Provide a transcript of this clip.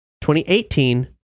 2018